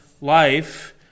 life